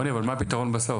רוני, אבל מה הפתרון בסוף?